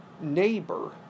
neighbor